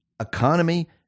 economy